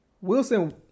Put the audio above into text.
Wilson